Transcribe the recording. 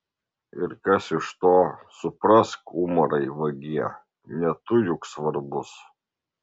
ir kas iš to suprask umarai vagie ne tu juk svarbus